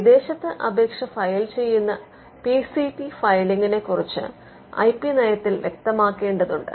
വിദേശത്ത് അപേക്ഷ ഫയൽ ചെയ്യുന്ന പി സി ടി ഫയലിംഗിനെ ക്കുറിച്ചും ഐ പി നയത്തിൽ വ്യക്തമാക്കേണ്ടതുണ്ട്